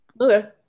Okay